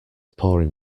pouring